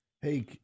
Hey –